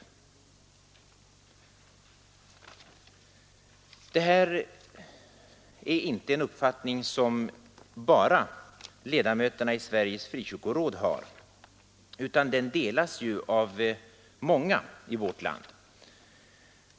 Det här är inte en uppfattning som bara ledamöterna i Sveriges frikyrkoråd har, utan den delas av många i vårt land.